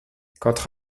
quant